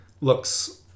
looks